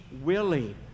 willing